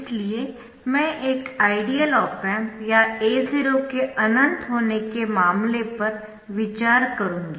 इसलिए मैं एक आइडियल ऑप एम्प या A0 के अनंत होने के मामले पर विचार करुँगी